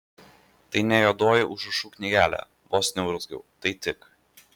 tai ne juodoji užrašų knygelė vos neurzgiu tai tik